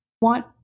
want